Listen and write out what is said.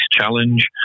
challenge